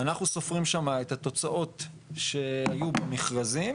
אנחנו סופרים שם את התוצאות שהיו במכרזים,